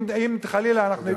אם חלילה, תודה.